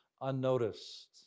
Unnoticed